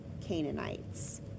Canaanites